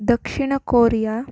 Dakshina Korea